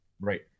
Right